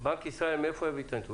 בנק ישראל, מאיפה יביא את הנתונים?